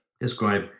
Describe